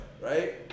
Right